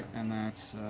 and that's